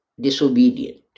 disobedient